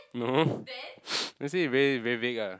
no just say you very very vague ah